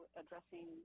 addressing